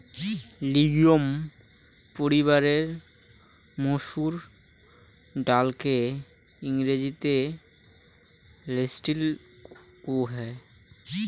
legume পরিবারের মসুর ডালকে ইংরেজিতে লেন্টিল কুহ